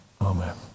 Amen